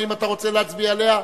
האם אתה רוצה להצביע עליה?